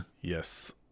Yes